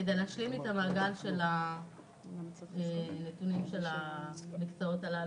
אני אשמח לקבל את הנתונים הללו.